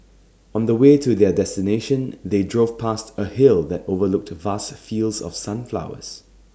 on the way to their destination they drove past A hill that overlooked vast fields of sunflowers